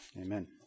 Amen